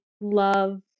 love